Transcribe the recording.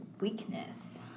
weakness